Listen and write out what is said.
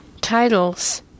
titles